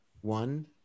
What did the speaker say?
One